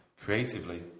creatively